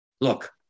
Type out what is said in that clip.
Look